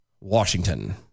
Washington